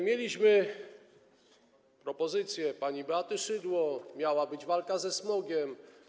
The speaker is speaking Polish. Mieliśmy propozycję pani Beaty Szydło, miała być walka ze smogiem.